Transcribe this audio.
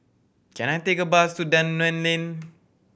can I take a bus to Dunman Lane